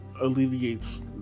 alleviates